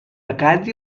قدری